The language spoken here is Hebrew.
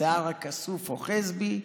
השיער הכסוף אוחז בי.